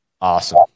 awesome